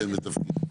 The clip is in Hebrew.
שם ותפקיד?